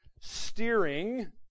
steering